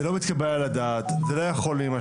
זה לא מתקבל על הדעת, זה לא יכול להימשך.